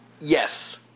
yes